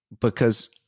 because-